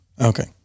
Okay